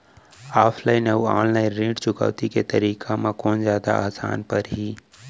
Offline अऊ online ऋण चुकौती के तरीका म कोन जादा आसान परही?